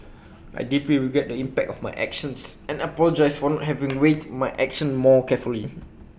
I deeply regret the impact of my actions and apologise for not having weighed my actions more carefully